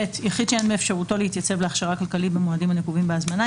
(ב) יחיד שאין באפשרותו להתייצב להכשרה כלכלית במועדים הנקובים בהזמנה,